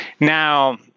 Now